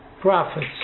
prophets